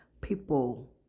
people